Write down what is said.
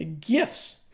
gifts